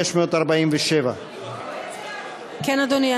547. כן, אדוני.